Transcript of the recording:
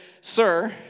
Sir